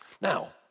Now